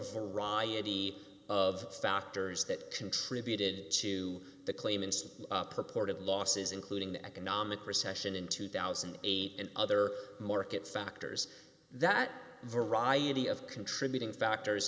a riot of factors that contributed to the clay purported losses including the economic recession in two thousand and eight and other market factors that variety of contributing factors